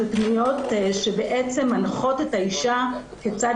של פניות שבעצם מנחות את האישה כיצד